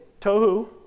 Tohu